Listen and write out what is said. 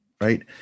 right